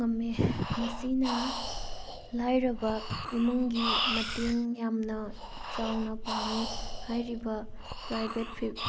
ꯉꯝꯃꯦ ꯃꯁꯤꯅ ꯂꯥꯏꯔꯕ ꯏꯃꯨꯡꯒꯤ ꯃꯇꯦꯡ ꯌꯥꯝꯅ ꯆꯥꯎꯅ ꯄꯥꯡꯉꯦ ꯍꯥꯏꯔꯤꯕ ꯄ꯭ꯔꯥꯏꯚꯦꯠ